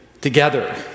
together